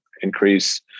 increase